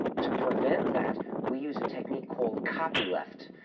to prevent that, we use a technique called copyleft.